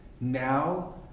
now